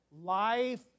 Life